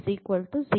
t